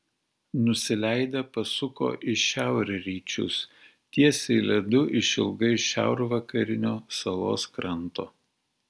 nusileidę pasuko į šiaurryčius tiesiai ledu išilgai šiaurvakarinio salos kranto